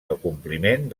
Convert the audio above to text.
acompliment